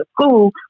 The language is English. school